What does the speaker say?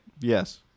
Yes